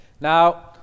Now